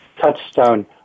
touchstone